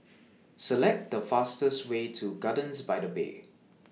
Select The fastest Way to Gardens By The Bay